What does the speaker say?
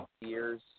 years